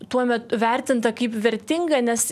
tuomet vertinta kaip vertinga nes